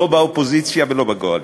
לא באופוזיציה ולא בקואליציה.